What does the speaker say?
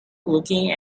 looking